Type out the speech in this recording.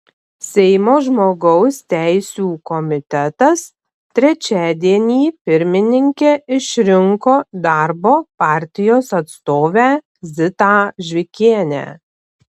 seimo žmogaus teisių komitetas trečiadienį pirmininke išrinko darbo partijos atstovę zitą žvikienę